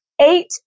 eight